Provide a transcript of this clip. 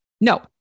No